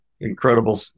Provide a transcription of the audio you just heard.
incredible